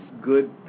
good